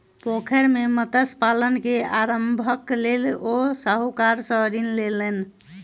पोखैर मे मत्स्य पालन के आरम्भक लेल ओ साहूकार सॅ ऋण लेलैन